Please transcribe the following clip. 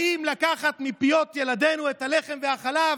האם לקחת מפיות ילדינו את הלחם והחלב?